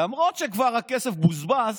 למרות שהכסף כבר בוזבז,